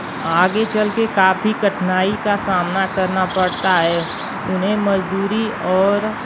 आगे चलकर काफ़ी कठिनाई का सामना करना पड़ता है उन्हें मज़दूरी और